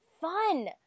fun